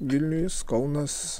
vilnius kaunas